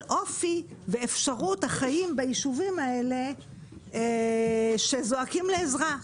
אופי ואפשרות החיים ביישובים האלה שזועקים לעזרה.